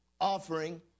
offering